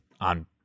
on